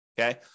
Okay